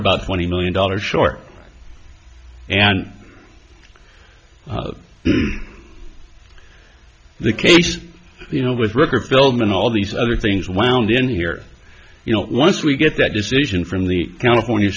about twenty million dollars short and the case is you know with record building and all these other things wound in here you know once we get that decision from the california